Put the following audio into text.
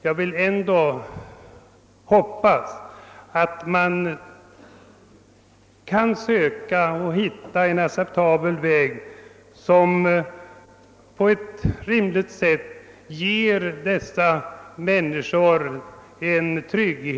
Jag vill ändå hoppas att man skall kunna finna en acceptabel väg, som på ett rimligt sätt leder till trygghet för de människor det gäller.